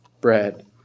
bread